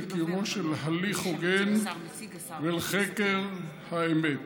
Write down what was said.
לקיומו של הליך הוגן ולחקר האמת.